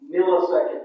millisecond